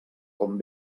com